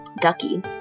Ducky